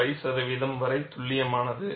5 சதவீதம் வரை துல்லியமானது